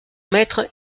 maître